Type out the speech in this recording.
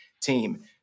team